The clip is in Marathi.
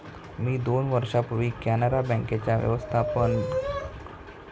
मी दोन वर्षांपूर्वी कॅनरा बँकेच्या व्यवस्थापकपदाची सूत्रे स्वीकारली आहेत